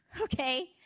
okay